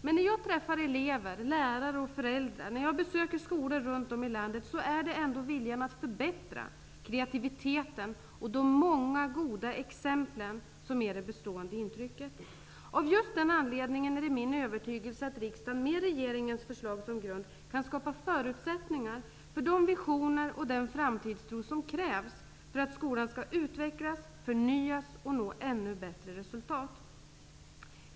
Men när jag träffar elever, lärare och föräldrar när jag besöker skolor runt om i landet är det ändå viljan att förbättra, kreativiteten och de många goda exemplen som är det bestående intrycket. Av just den anledningen är det min övertygelse att riksdagen med regeringens förslag som grund kan skapa förutsättningar för de visioner och den framtidstro som krävs för att skolan skall utvecklas, förnyas och nå ännu bättre resultat.